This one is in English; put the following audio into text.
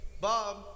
Bob